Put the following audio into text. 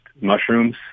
mushrooms